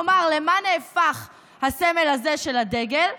כלומר, למה נהפך הסמל הזה של הדגל?